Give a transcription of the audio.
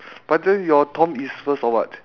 but then your tom is first or what